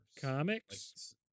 Comics